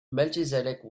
melchizedek